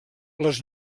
les